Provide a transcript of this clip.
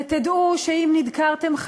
ותדעו שאם נדקרתם,